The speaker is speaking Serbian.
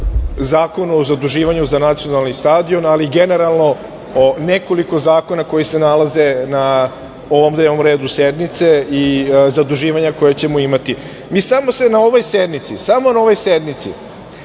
Zakonu o zaduživanju za nacionalni stadion, ali generalno o nekoliko zakona koji se nalaze na ovom dnevnom redu sednice i zaduživanja koja ćemo imati. Samo na ovoj sednici se zadužujemo